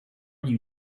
you